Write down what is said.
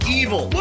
evil